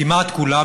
כמעט כולה,